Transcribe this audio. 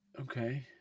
Okay